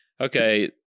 okay